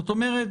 זאת אומרת,